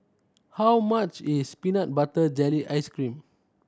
how much is peanut butter jelly ice cream